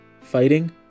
fighting